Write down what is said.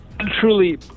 truly